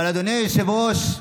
אבל אדוני היושב-ראש,